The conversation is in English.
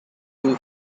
two